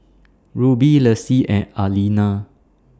Ruby Lacie and Aleena